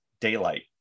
daylight